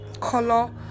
color